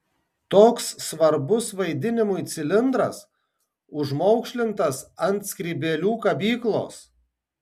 toks svarbus vaidinimui cilindras užmaukšlintas ant skrybėlių kabyklos